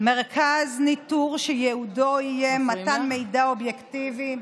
מרכז ניטור שייעודו יהיה מתן מידע אובייקטיבי,